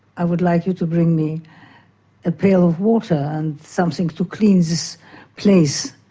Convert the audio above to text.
i would like you to bring me a pail of water and something to clean this place.